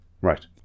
right